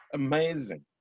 amazing